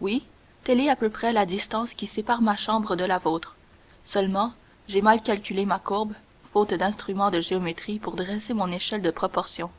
oui telle est à peu près la distance qui sépare ma chambre de la vôtre seulement j'ai mal calculé ma courbe faute d'instrument de géométrie pour dresser mon échelle de proportion